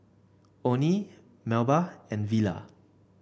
Oney Melba and Vela